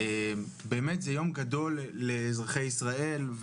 זה יום גדול לאזרחי ישראל,